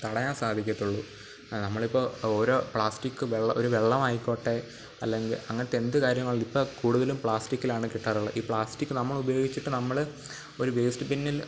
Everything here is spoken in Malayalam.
തടയാൻ സാധിക്കത്തുള്ളൂ നമ്മളിപ്പോൾ ഓരോ പ്ലാസ്റ്റിക് വെള്ള ഒരു വെള്ളമായിക്കോട്ടെ അല്ലെങ്കില് അങ്ങിനത്തെ എന്തു കാര്യങ്ങളും ഇപ്പം കൂടുതലും പ്ലാസ്റ്റിക്കിലാണ് കിട്ടാറുള്ള ഈ പ്ലാസ്റ്റിക് നമ്മൾ ഉപയോഗിച്ചിട്ട് നമ്മൾ ഒരു വേസ്റ്റ് ബിന്നിൽ